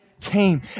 came